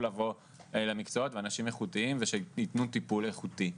לבוא למקצועות ושייתנו טיפול איכותי.